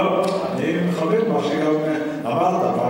לא, אני מכבד מה שגם אמרת.